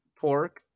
pork